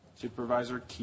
Supervisor